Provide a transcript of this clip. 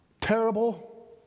terrible